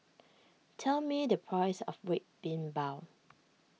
tell me the price of Red Bean Bao